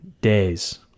days